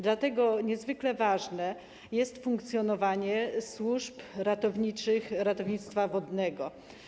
Dlatego niezwykle ważne jest funkcjonowanie służb ratowniczych ratownictwa wodnego.